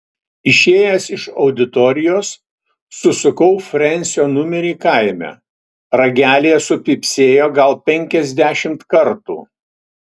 išėjęs iš auditorijos susukau frensio numerį kaime ragelyje supypsėjo gal penkiasdešimt kartų